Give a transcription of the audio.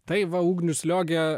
tai va ugnius liogė